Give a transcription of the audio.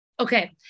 Okay